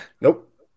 Nope